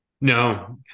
no